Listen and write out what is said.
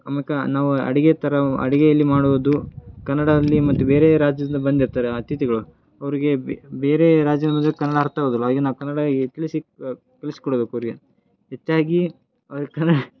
ನಾವು ಅಡುಗೆ ಥರವೂ ಅಡುಗೆಯಲ್ಲಿ ಮಾಡುವುದು ಕನ್ನಡಲ್ಲಿ ಮತ್ತು ಬೇರೆ ರಾಜ್ಯದಿಂದ ಬಂದಿರ್ತಾರೆ ಅತಿಥಿಗಳು ಅವರಿಗೆ ಬೇರೆ ರಾಜ್ಯದಿಂದ ಕನ್ನಡ ಅರ್ಥ ಆಗುವುದಿಲ್ಲ ಅವ್ರಿಗೆ ನಾವು ಕನ್ನಡ ಈ ತಿಳಿಸಿ ಕಲಿಸಿಕೊಡ್ಬೇಕು ಅವರಿಗೆ ಹೆಚ್ಚಾಗಿ ಅವ್ರ್ಗೆ ಕ